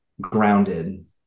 grounded